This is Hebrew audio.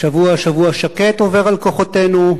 השבוע, שבוע שקט עובר על כוחותינו.